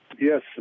Yes